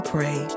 Pray